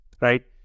right